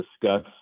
discuss